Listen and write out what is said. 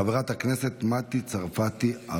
חברת הכנסת מטי צרפתי.